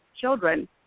children